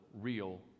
real